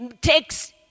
takes